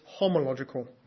homological